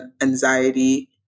anxiety